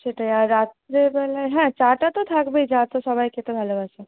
সেটাই আর রাত্রেবেলায় হ্যাঁ চাটা তো থাকবেই চা তো সবাই খেতে ভালোবাসে